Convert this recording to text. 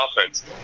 offense